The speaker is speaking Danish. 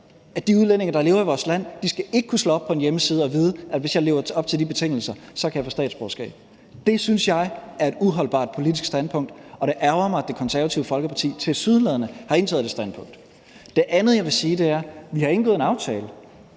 at de udlændinge, der lever i vores land, ikke skal kunne gå ind på en hjemmeside og vide, at hvis de lever op til de betingelser, kan de få statsborgerskab? Det synes jeg er et uholdbart politisk standpunkt, og det ærgrer mig, at Det Konservative Folkeparti tilsyneladende har indtaget det standpunkt. Kl. 18:26 Det andet, jeg vil sige, er, at vi har indgået en aftale.